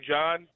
John